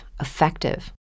effective